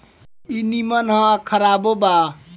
ई निमन ह आ खराबो बा